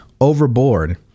overboard